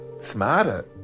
smarter